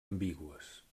ambigües